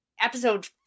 episode